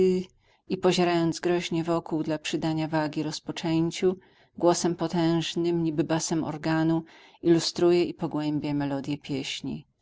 święty i pozierając groźnie wokół dla przydania wagi rozpoczęciu głosem potężnym niby basem organu ilustruje i pogłębia melodję pieśni